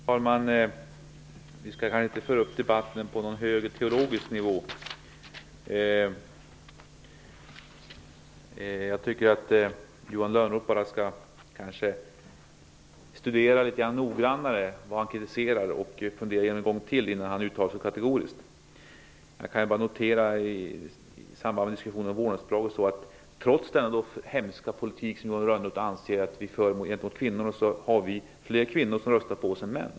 Herr talman! Vi skall kanske inte föra upp debatten på någon högre teologisk nivå. Jag tycker att Johan Lönnroth noggrannare skall studera det som han kritiserar och en gång till fundera igenom detta innan han uttalar sig kategoriskt. Johan Lönnroth nämner vårdnadsbidraget. Trots att Johan Lönnroth anser att vi för en hemsk politik gentemot kvinnor är det fler kvinnor än män som röstar på kds.